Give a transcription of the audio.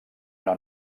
una